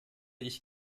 ich